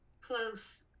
close